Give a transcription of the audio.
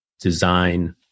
design